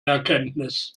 erkenntnis